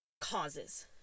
causes